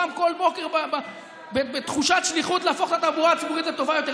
קם כל בוקר בתחושת שליחות להפוך את התחבורה הציבורית לטובה יותר.